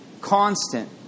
constant